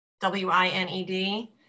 W-I-N-E-D